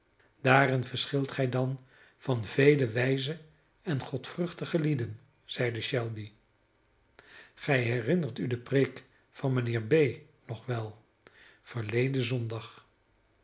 daarin verschilt gij dan van vele wijze en godvruchtige lieden zeide shelby gij herinnert u de preek van mijnheer b nog wel verleden zondag